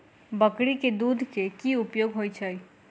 बकरी केँ दुध केँ की उपयोग होइ छै?